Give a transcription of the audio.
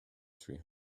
three